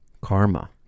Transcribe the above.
Karma